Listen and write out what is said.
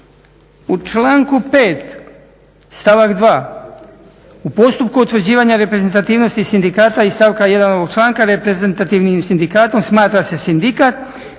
U članku 5.stavak 2.u postupku utvrđivanja reprezentativnosti sindikata iz stavka 1 ovog članka reprezentativnim sindikatom smatra se sindikat